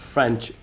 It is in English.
French